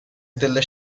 delle